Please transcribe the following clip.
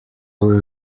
were